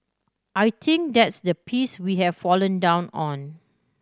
I think that's the piece we have fallen down on